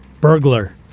Burglar